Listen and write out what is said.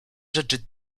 rzeczy